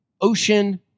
ocean